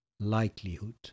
likelihood